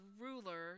ruler